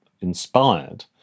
inspired